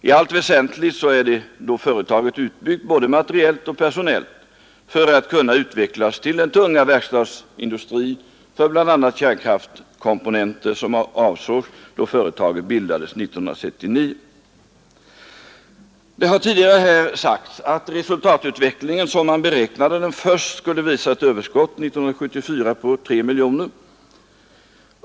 I allt väsentligt är då företaget utbyggt både materiellt och personellt för att kunna utvecklas till den tunga verkstadsindustri för bl.a. kärnkraftkomponenter som avsågs då företaget bildades 1969. Det har sagts tidigare här att resultatutvecklingen, som man först beräknade den, skulle visa ett överskott 1974 på 3 miljoner kronor.